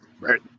right